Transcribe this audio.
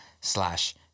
slash